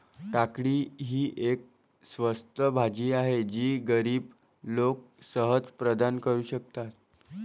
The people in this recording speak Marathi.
काकडी ही एक स्वस्त भाजी आहे जी गरीब लोक सहज प्रदान करू शकतात